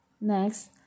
Next